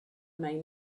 may